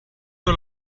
nur